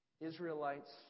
Israelites